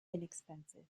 inexpensive